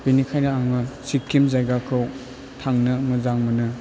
बेनिखायनो आङो सिक्किम जायगाखौ थांनो मोजां मोनो